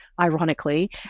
ironically